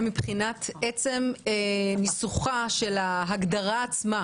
ומבחינת עצם ניסוחה של ההגדרה עצמה